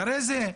אחרי זה,